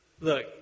Look